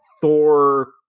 Thor